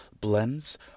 blends